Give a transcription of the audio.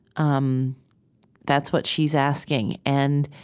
um that's what she's asking and